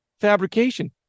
fabrication